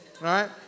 right